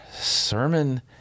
sermon